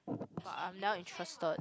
but I'm now interested